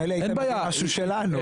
מילא היית מביא משהו שלנו,